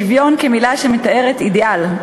שוויון כמילה שמתארת אידיאל,